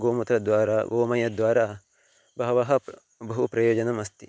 गोमयद्वारा गोमयद्वारा बहु बहु प्रयोजनम् अस्ति